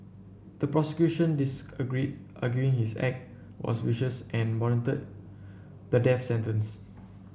the prosecution disagreed arguing his act was vicious and warranted the death sentence